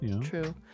true